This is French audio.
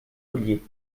ollier